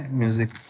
music